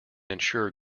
ensure